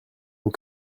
aux